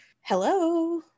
hello